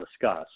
discuss